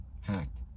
hacked